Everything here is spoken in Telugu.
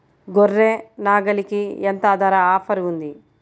గొర్రె, నాగలికి ఎంత ధర ఆఫర్ ఉంది?